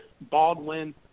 Baldwin